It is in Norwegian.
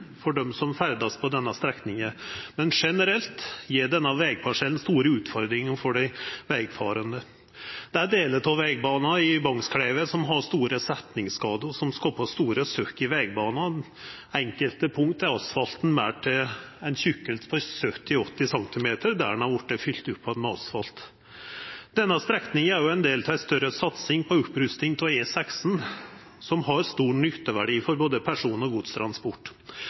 for dei som ferdast der, men generelt gjev denne vegparsellen store utfordringar for dei vegfarande. Delar av vegbana i Bagnskleiva har store setningsskadar som skapar store søkk i vegbana. På enkelte punkt er asfalten målt til å vera 70–80 cm tjukk der det har vorte fylt att med asfalt. Denne strekninga er òg ein del av ei større satsing på opprusting av E16 som har stor nytteverdi for både person- og godstransport.